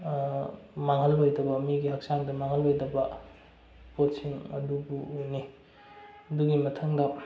ꯃꯥꯡꯍꯜꯂꯣꯏꯗꯕ ꯃꯤꯒꯤ ꯍꯛꯆꯥꯡꯗ ꯃꯥꯡꯍꯜꯂꯣꯏꯗꯕ ꯄꯣꯠꯁꯤꯡ ꯑꯗꯨꯕꯨꯅꯤ ꯑꯗꯨꯒꯤ ꯃꯊꯪꯗ